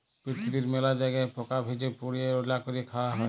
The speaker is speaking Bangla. পিরথিবীর মেলা জায়গায় পকা ভেজে, পুড়িয়ে, রাল্যা ক্যরে খায়া হ্যয়ে